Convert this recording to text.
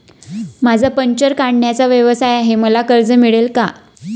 माझा पंक्चर काढण्याचा व्यवसाय आहे मला कर्ज मिळेल का?